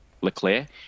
Leclerc